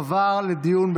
התשפ"ב 2021,